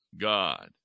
God